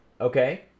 Okay